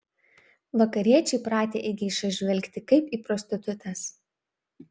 vakariečiai pratę į geišas žvelgti kaip į prostitutes